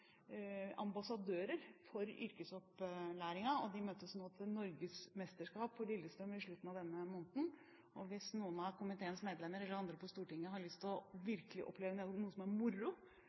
ambassadører for yrkesopplæringen. De møtes nå til norgesmesterskap på Lillestrøm i slutten av denne måneden. Hvis noen av komiteens medlemmer eller andre på Stortinget har lyst til virkelig å oppleve noe som er moro,